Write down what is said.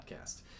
podcast